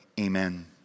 amen